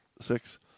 six